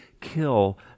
kill